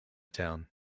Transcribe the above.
town